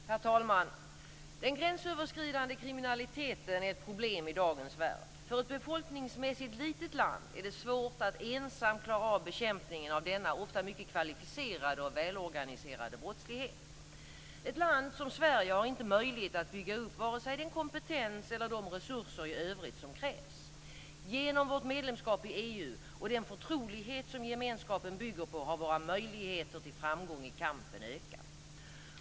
Herr talman! Den gränsöverskridande kriminaliteten är ett problem i dagens värld. För ett befolkningsmässigt litet land är det svårt att ensamt klara av bekämpningen av denna ofta mycket kvalificerade och välorganiserade brottslighet. Ett land som Sverige har inte möjlighet att bygga upp vare sig den kompetens eller de resurser i övrigt som krävs. Genom vårt medlemskap i EU och den förtrolighet som gemenskapen bygger på har våra möjligheter till framgång i kampen ökat.